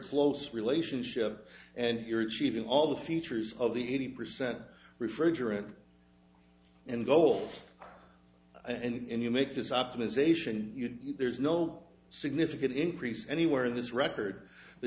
close relationship and you're achieving all the features of the eighty percent refrigerant and goals and you make this optimization there's no significant increase anywhere in this record th